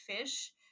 fish